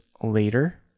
later